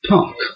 Punk